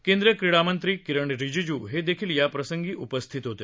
केंद्रीय क्रीडामंत्री किरण रिजीजू हे देखील या प्रसंगी उपस्थित होते